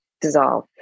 Dissolve